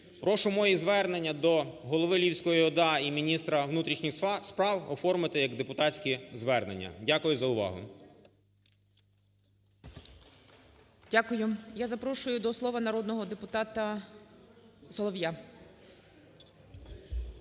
Прошу мої звернення до голови Львівської ОДА і міністра внутрішніх справ оформити як депутатське звернення. Дякую за увагу. ГОЛОВУЮЧИЙ. Дякую. Я запрошую до слова народного депутата Солов'я.